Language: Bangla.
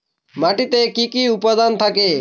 মাটিতে কি কি উপাদান থাকে?